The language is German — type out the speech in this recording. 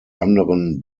anderen